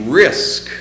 risk